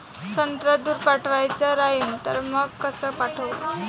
संत्रा दूर पाठवायचा राहिन तर मंग कस पाठवू?